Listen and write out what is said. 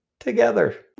Together